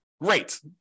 great